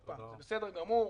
זה בסדר גמור.